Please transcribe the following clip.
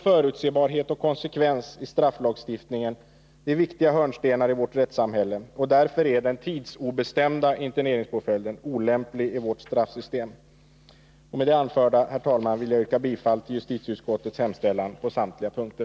Förutsebarhet och konsekvens i strafflagstiftningen är viktiga hörnstenar i vårt rättssamhälle, och därför är den tidsobestämda interneringspåföljden olämplig i vårt straffsystem. Herr talman! Med det anförda vill jag yrka bifall till justitieutskottets hemställan på samtliga punkter.